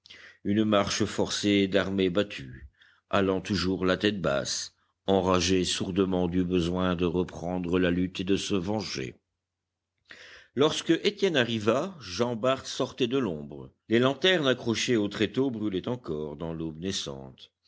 une marche forcée d'armée battue allant toujours la tête basse enragée sourdement du besoin de reprendre la lutte et de se venger lorsque étienne arriva jean bart sortait de l'ombre les lanternes accrochées aux tréteaux brûlaient encore dans l'aube naissante